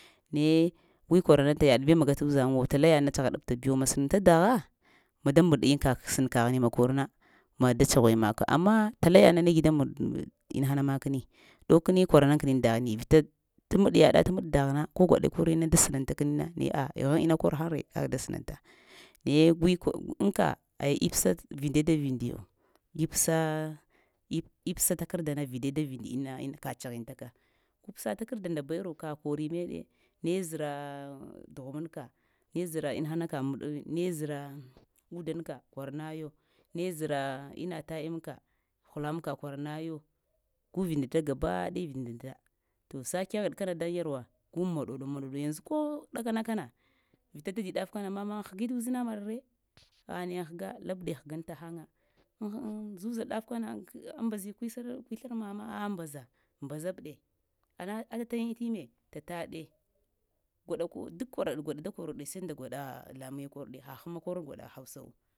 Naye gwə kwarananta yaɗe bow magata uzaŋwa tala yaɗana tagha ɗəb ta biwo masnanta dagha mada mbɗ-yan kagh snkanghi makar na mada tsaghe maka amma tala yaɗe na negə mago inaha na makni ɗowkni kwaranan kni dagha vitatmaɗ yaɗa tmaɗ daghena ko gwaɗa kor yanna da snanta knina naye, aəh a ghaŋ ina kor haŋ ye kak da snata naye gwə kor aŋ ka aya epsa t vində da vindiyo epsa epsa takarda nana vinda da vindina ka tsaghe ka psɗ takar da da baiyro ka kore maiɗe neə zrah ah dughumin ka, ne zra inahananka maɗ, ne zra udan ka kwara nayo, ne zra ina ta imi ka hlan ka kwaranayo gu vindata gaba daya vindate to sa-kegheɗ kana dan yarwa gu mɗoɗo maɗoɗ yanzu ko ɗakana kana vita dadi dafa kana mama aŋ-hgəi uzina maɗ-ree anne aŋhga labɗə hgan tahan aŋh-ŋ zuza daf kana ammbazi kwisla kwisla mama aah ammabaza mbazab ɗa anah atatayin immo tata ɗe gwada da kor ɗe gwaɗa da korɗ sai da gwaɗa laman kor de ha hna kor gwada hausawo.